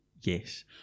Yes